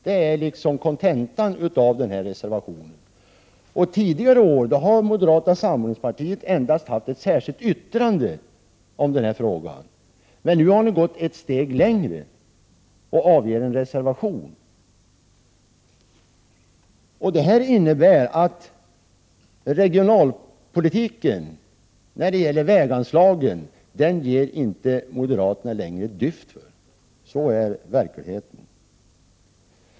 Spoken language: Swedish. Det är kontentan av denna reservation. Tidigare år har moderata samlingspartiet endast haft ett särskilt yttrande om denna fråga. Nu har ni gått ett steg längre och avger en reservation. Det innebär att moderaterna inte längre ger ett dyft för regionalpolitiken när det gäller väganslagen. Det är verkligheten.